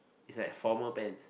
it's like formal pants